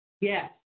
Yes